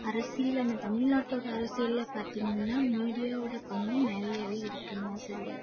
அரசியலில் இந்த தமிழ்நாட்டோடய அரசியலில் பார்த்தீங்கன்னா மீடியாவோடய பங்கு நிறையவே இருக்குதுன்னு தான் சொல்லுவேன்